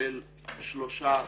של שלושה שרים.